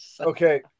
Okay